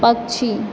पक्षी